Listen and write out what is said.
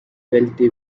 wealthy